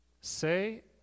Say